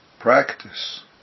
practice